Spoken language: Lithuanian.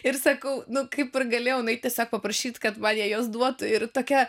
ir sakau nu kaip ir galėjau tiesiog paprašyt kad man jie juos duotų ir tokia